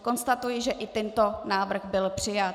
Konstatuji, že i tento návrh byl přijat.